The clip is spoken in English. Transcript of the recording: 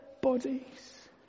bodies